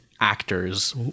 actors